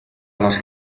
les